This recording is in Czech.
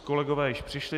Kolegové již přišli.